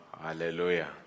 Hallelujah